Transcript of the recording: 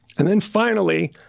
and then finally,